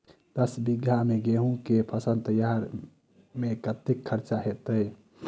दस बीघा मे गेंहूँ केँ फसल तैयार मे कतेक खर्चा हेतइ?